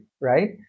right